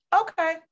okay